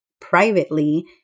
privately